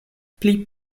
pli